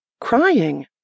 Crying